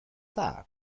tak